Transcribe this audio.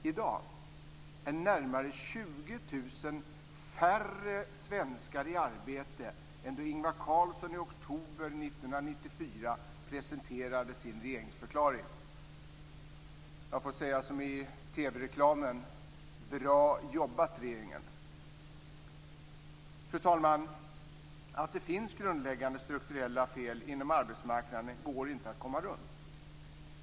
I dag är närmare Jag får säga som i TV-reklamen: Bra jobbat regeringen! Att det finns grundläggande strukturella fel inom arbetsmarknaden går det inte att komma runt.